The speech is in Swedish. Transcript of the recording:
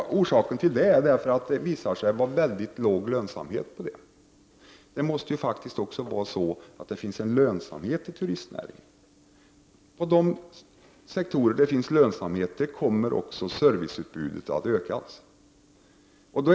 Orsaken till detta är att det är en mycket låg lönsamhet för sådant. Det måste faktiskt finnas en lönsamhet i turistnäringen. Inom de sektorer där det finns lönsamhet kommer också serviceutbudet att öka.